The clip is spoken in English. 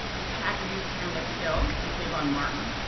the tragedies of emmett till and trayvon martin,